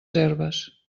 herbes